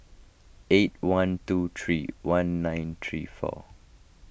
eight one two three one nine three four